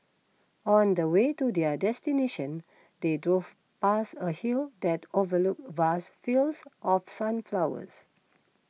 on the way to their destination they drove past a hill that overlooked vast fields of sunflowers